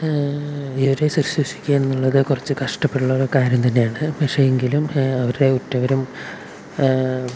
ഇവരെ ശുശ്രുഷിക്കുക എന്നുള്ളത് കുറച്ച് കഷ്ട്ടപ്പാടുള്ള കാര്യം തന്നെയാണ് പക്ഷെ എങ്കിലും അവരുടെ ഉറ്റവരും